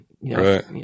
Right